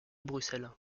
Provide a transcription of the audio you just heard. bruxelles